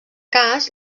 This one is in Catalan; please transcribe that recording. cas